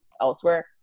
elsewhere